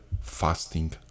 fasting